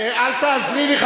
אל תעזרי לי,